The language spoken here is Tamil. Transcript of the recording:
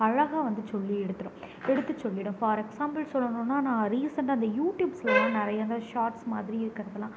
அழகாக வந்து சொல்லி எடுத்துடும் எடுத்துச் சொல்லிடும் ஃபார் எக்ஸாம்புல் சொல்லணும்னா நான் ரீசெண்டாக இந்த யூடியூப்ஸ்லலாம் நிறையா இந்த ஷாட்ஸ் மாதிரி இருக்கிறதுலாம்